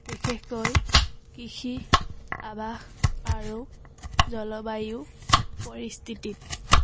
বিশেষকৈ কৃষি আৱাস আৰু জলবায়ু পৰিস্থিতিত